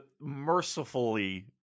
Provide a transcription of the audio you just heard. mercifully